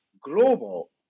global